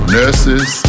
nurses